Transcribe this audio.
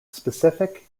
specific